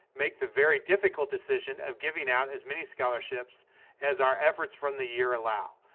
make the very difficult decision of giving out as many scholarships as our efforts from the year allow.